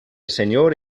senyor